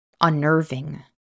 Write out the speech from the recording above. unnerving